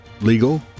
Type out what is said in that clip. legal